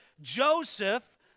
Joseph